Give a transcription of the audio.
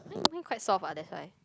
I think mine quite soft ah that's why